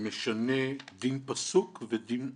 משנה דין פסוק ודין נוהג.